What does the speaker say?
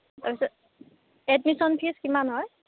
তাৰ পিছত admission fees কিমান হয়